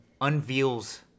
unveils